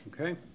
Okay